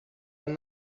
and